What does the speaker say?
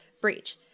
breach